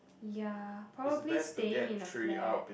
ya probably staying in a flat